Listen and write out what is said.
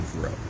grow